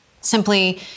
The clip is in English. Simply